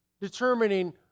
determining